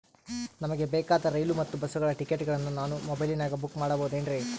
ನಮಗೆ ಬೇಕಾದ ರೈಲು ಮತ್ತ ಬಸ್ಸುಗಳ ಟಿಕೆಟುಗಳನ್ನ ನಾನು ಮೊಬೈಲಿನಾಗ ಬುಕ್ ಮಾಡಬಹುದೇನ್ರಿ?